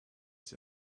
sich